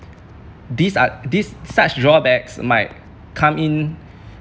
these are these such drawbacks might come in